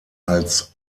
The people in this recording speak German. als